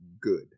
good